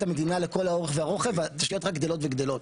המדינה לכל האורך והרוחב והתשתיות רק גדלות וגדלות.